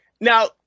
now